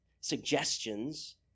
suggestions